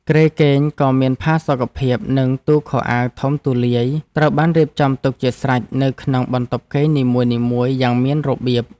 គ្រែគេងដ៏មានផាសុកភាពនិងទូខោអាវធំទូលាយត្រូវបានរៀបចំទុកជាស្រេចនៅក្នុងបន្ទប់គេងនីមួយៗយ៉ាងមានរបៀប។